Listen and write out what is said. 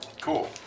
Cool